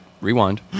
rewind